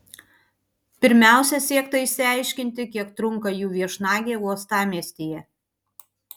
pirmiausia siekta išsiaiškinti kiek trunka jų viešnagė uostamiestyje